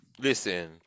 Listen